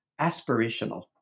aspirational